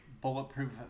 bulletproof